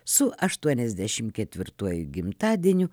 su aštuoniasdešimt ketvirtuoju gimtadieniu